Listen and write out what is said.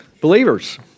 Believers